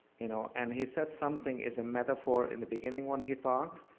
you know and he said something is a metaphor in the beginning when he talk.